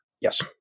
Yes